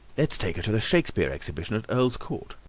let's take her to the shakespear exhibition at earls court.